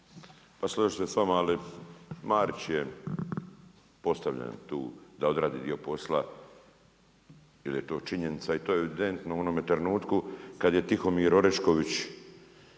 Pa složit ću se s vama, ali Marić je postavljen tu da odradi dio posla jer je to činjenica i je evidentno u onome trenutku kad je Tihomir Orešković